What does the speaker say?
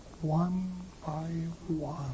one-by-one